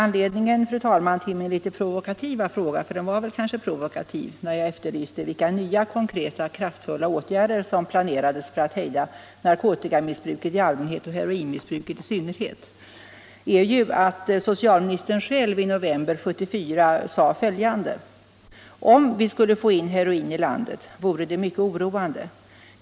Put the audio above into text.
Anledningen, fru talman, till min litet provokativa fråga — för den var kanske provokativ när jag efterlyste vilka nya konkreta, kraftfulla åtgärder som planerades för att hejda narkotikamissbruket i allmänhet och heroinmissbruket i synnerhet — var ju att socialministern själv i november 1974 sade följande: ”Om vi skulle få in heroin i landet vore det mycket oroande.